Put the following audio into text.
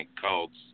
cults